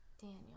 Daniel